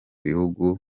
binyuranye